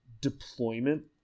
deployment